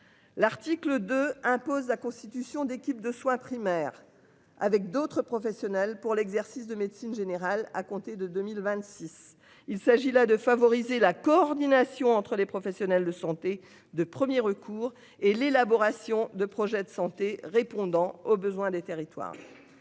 L'article 2 impose la constitution d'équipes de soins primaires avec d'autres professionnels pour l'exercice de médecine générale à compter de 2026. Il s'agit là de favoriser la coordination entre les professionnels de santé de 1er recours et l'élaboration de projets de santé répondant aux besoins des territoires.--